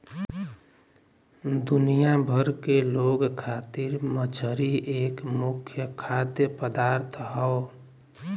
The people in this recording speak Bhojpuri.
दुनिया भर के लोग खातिर मछरी एक मुख्य खाद्य पदार्थ हौ